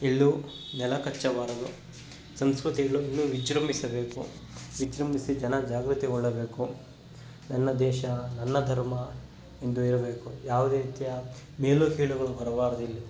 ಎಲ್ಲೂ ನೆಲ ಕಚ್ಚಬಾರದು ಸಂಸ್ಕೃತಿಗಳು ಇನ್ನೂ ವಿಜೃಂಭಿಸಬೇಕು ವಿಜೃಂಭಿಸಿ ಜನ ಜಾಗೃತಿಗೊಳ್ಳಬೇಕು ನನ್ನ ದೇಶ ನನ್ನ ಧರ್ಮ ಎಂದು ಹೇಳಬೇಕು ಯಾವುದೇ ರೀತಿಯ ಮೇಲು ಕೀಳುಗಳು ಬರಬಾರ್ದು ಇಲ್ಲಿ